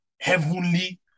heavenly